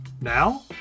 Now